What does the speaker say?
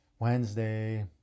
Wednesday